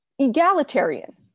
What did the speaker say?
Egalitarian